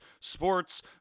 Sports